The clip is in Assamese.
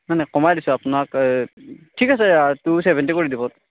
নাই নাই কমাই দিছোঁ আপোনাক এ ঠিক আছে টু চেভেণ্টি কৰি দিব